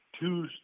two